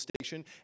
station